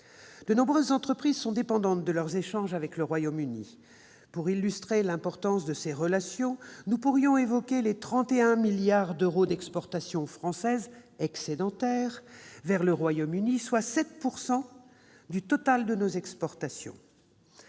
De nombreuses entreprises sont dépendantes de leurs échanges avec le Royaume-Uni. Pour illustrer l'importance de ces relations, nous pourrions évoquer les 31 milliards d'euros d'excédents que dégagent les exportations françaises vers le Royaume-Uni, et qui représentent 7 % du total de nos exportations.